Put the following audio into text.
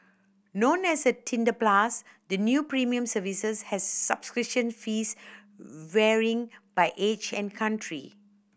known as Tinder Plus the new premium services has subscription fees varying by age and country